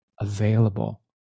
available